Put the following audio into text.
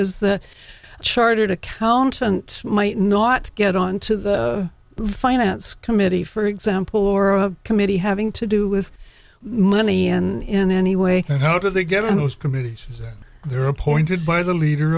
give is the chartered accountant might not get onto the finance committee for example or a committee having to do with money and in any way and how do they get in those committees that are appointed by the leader